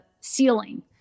ceiling